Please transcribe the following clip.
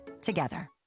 together